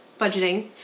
budgeting